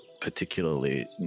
particularly